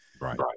Right